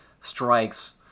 strikes